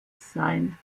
sein